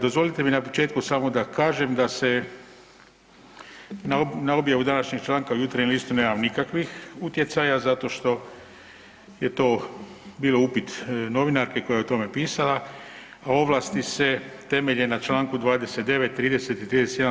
Dozvolite mi na početku samo da kažem da se na objavu današnjeg članka u Jutarnjem listu nemam nikakvih utjecaja zato što je to bio upit novinarke koja je o tome pisala, a ovlasti se temelje na Članku 29., 30. i 31.